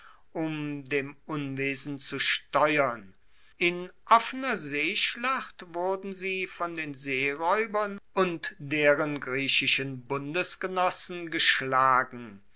um dem unwesen zu steuern in offener seeschlacht wurden sie von den seeraeubern und deren griechischen bundesgenossen geschlagen